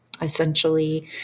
Essentially